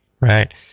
right